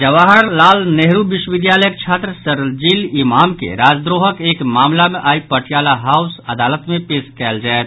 जवाहरलाल नेहरू विश्वविद्यालयक छात्र शरजील इमाम के राजद्रोहक एक मामिला मे आइ पटियाला हाउस अदालत मे पेश कयल जायत